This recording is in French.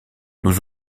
nous